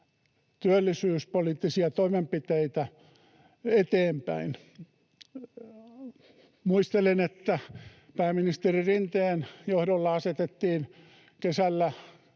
työllisyyspoliittisia toimenpiteitä eteenpäin. Muistelen, että pääministeri Rinteen johdolla asetettiin kesällä